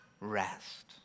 rest